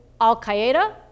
al-Qaeda